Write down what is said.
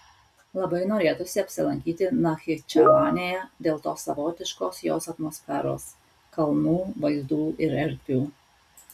labai norėtųsi apsilankyti nachičevanėje dėl tos savotiškos jos atmosferos kalnų vaizdų ir erdvių